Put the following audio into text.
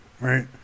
right